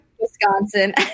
Wisconsin